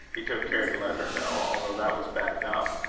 he took care to let her know, although that was bad enough,